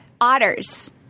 Otters